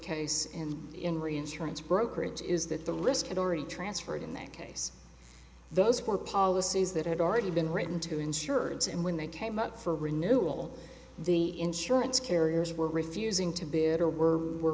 case and in reinsurance brokerage is that the risk had already transferred in that case those were policies that had already been written to insurance and when they came up for renewal the insurance carriers were refusing to